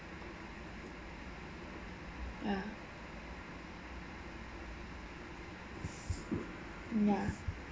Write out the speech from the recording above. ya ya